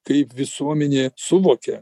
kaip visuomenė suvokia